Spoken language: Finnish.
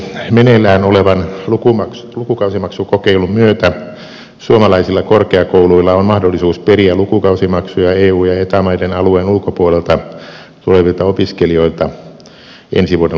meneillään olevan lukukausimaksukokeilun myötä suomalaisilla korkeakouluilla on mahdollisuus periä lukukausimaksuja eu ja eta maiden alueen ulkopuolelta tulevilta opiskelijoilta ensi vuoden loppuun saakka